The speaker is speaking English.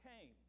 came